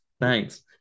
Thanks